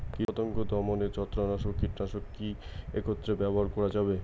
কীটপতঙ্গ দমনে ছত্রাকনাশক ও কীটনাশক কী একত্রে ব্যবহার করা যাবে?